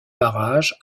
barrages